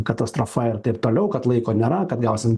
katastrofa ir taip toliau kad laiko nėra kad gausim